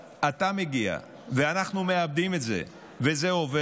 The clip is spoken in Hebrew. אתה מגיע ואנחנו מעבדים את זה וזה עובר,